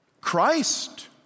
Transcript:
Christ